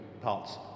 parts